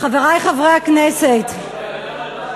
זאת הכוונה שלה.